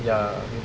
ya